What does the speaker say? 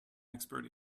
expert